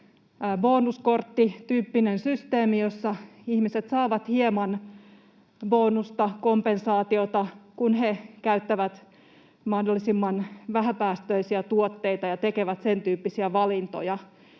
bonuskorttityyppinen systeemi, jossa ihmiset saavat hieman bonusta, kompensaatiota, kun he käyttävät mahdollisimman vähäpäästöisiä tuotteita ja tekevät sentyyppisiä valintoja.